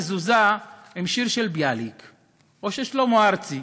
מזוזה עם שיר של ביאליק או של שלמה ארצי.